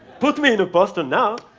put me in a poster now.